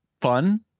fun